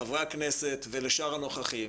לחברי הכנסת ולשאר הנוכחים,